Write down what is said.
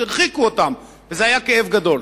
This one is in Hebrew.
שהרחיקו אותם, וזה היה כאב גדול.